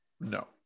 No